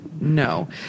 no